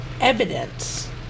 evidence